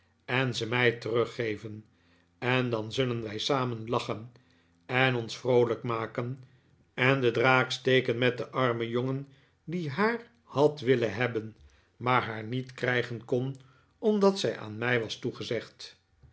en ze mij teruggeven en dan zullen wij samen lachen en ons vroolijk maken en den draak steken met den armen jongen die haar had willen hebben maar haar niet krijgen kon omdat zij aan mij was toegezegd